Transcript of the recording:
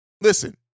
Listen